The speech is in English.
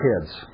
kids